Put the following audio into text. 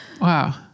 Wow